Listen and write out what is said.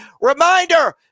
Reminder